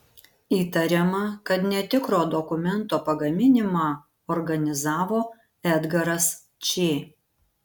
įtariama kad netikro dokumento pagaminimą organizavo edgaras č